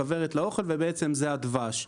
לכוורת לאוכל ובעצם זה הדבש.